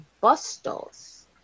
Bustos